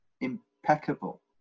impeccable